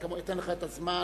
אתן לך את הזמן,